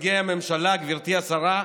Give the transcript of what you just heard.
לנציגי הממשלה, גברתי השרה,